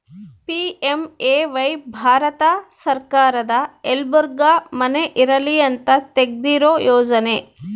PMAY Bharat ಸರ್ಕಾರದ ಎಲ್ಲರ್ಗು ಮನೆ ಇರಲಿ ಅಂತ ತೆಗ್ದಿರೊ ಯೋಜನೆ